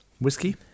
Whiskey